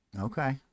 Okay